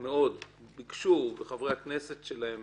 מאוד ביקשו מחברי הכנסת שלהם